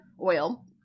Oil